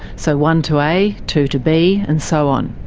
so one to a, two to b, and so on.